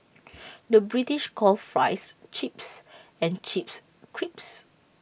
the British calls Fries Chips and Chips Crisps